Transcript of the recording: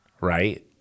right